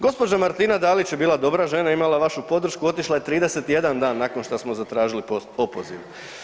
Gospođa Martina Dalić je bila dobra žena i imala vašu podršku, otišla je 31 dan nakon što smo zatražili opoziv.